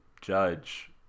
judge